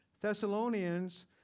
Thessalonians